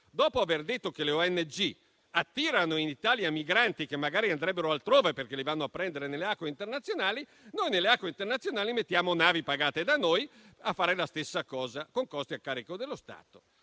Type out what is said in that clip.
dopo aver detto che le ONG attirano in Italia migranti che magari andrebbero altrove perché li vanno a prendere nelle acque internazionali, noi nelle acque internazionali mettiamo navi pagate da noi a fare la stessa cosa, con costi a carico dello Stato.